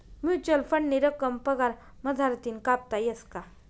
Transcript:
Mutual फंडनी रक्कम पगार मझारतीन कापता येस का?